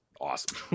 awesome